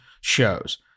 shows